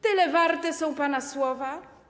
Tyle warte są pana słowa?